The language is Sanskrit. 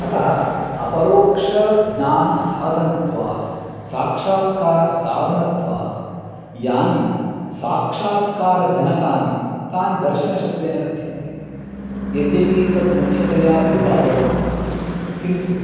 अतः अपरोक्षज्ञानसाधनत्वात् साक्षात्कारसाधनत्वात् यानि साक्षात्कारजनकानि तानि दर्शनशब्देन कथ्यन्ते यद्यपि तत् मुख्यतया वेदः भवति किन्तु